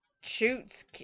shoots